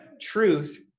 truth